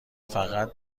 فقط